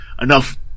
enough